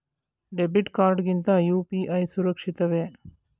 Debit card ಗಿಂತ UPI ಸುರಕ್ಷಿತವೇ?